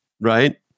right